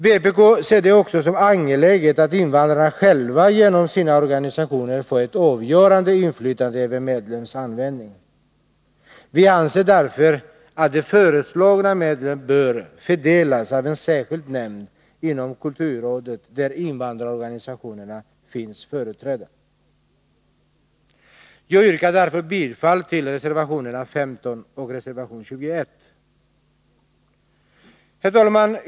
Vpk ser det också som angeläget att invandrarna själva genom sina organisationer får ett avgörande inflytande över medlens användning. Vi anser därför att de föreslagna medlen bör fördelas av en särskild nämnd inom kulturrådet där invandrarorganisationerna finns företrädda. Jag yrkar bifall till reservation 15 och reservation 21. Herr talman!